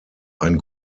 ein